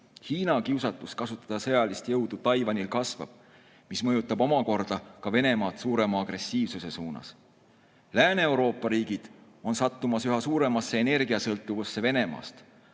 Hiina kiusatus kasutada sõjalist jõudu Taiwanil kasvab, mis mõjutab omakorda ka Venemaad suurema agressiivsuse suunas. Lääne-Euroopa riigid on sattumas üha suuremasse energiasõltuvusse Venemaast.